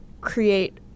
create